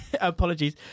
apologies